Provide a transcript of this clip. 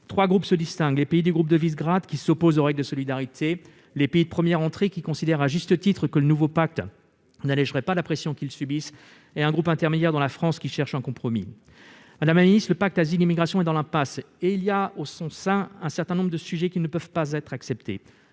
Trois groupes se distinguent : les pays du Groupe de Visegrád, qui s'opposent aux règles de solidarité ; les pays « de première entrée », qui considèrent à juste titre que le nouveau pacte n'allégerait pas la pression qu'ils subissent ; et un groupe intermédiaire de pays, dont la France, qui cherchent un compromis. Madame la ministre, le pacte européen pour l'asile et les migrations est dans l'impasse. Par ailleurs, il contient un certain nombre de sujets qui ne peuvent pas être acceptés,